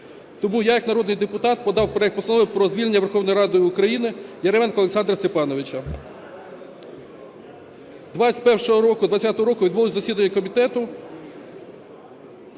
Тому я як народний депутат подав проект Постанови про звільнення Верховною Радою України Яременка Олександра Степановича.